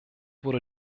wurde